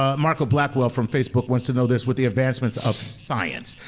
um marco blackwell from facebook wants to know this. with the advancements of science,